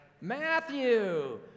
Matthew